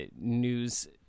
news